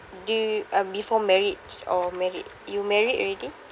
do um before marriage or married you married already